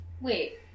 Wait